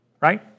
Right